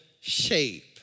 shape